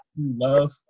love